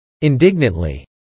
Indignantly